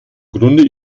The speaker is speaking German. grunde